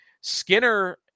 Skinner